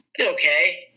okay